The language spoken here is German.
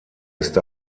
ist